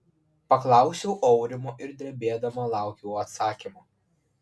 paklausiau aurimo ir drebėdama laukiau atsakymo